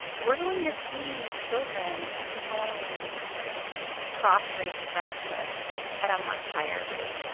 we're going to see children enjoying cross-race friendships at a much higher rate